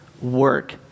work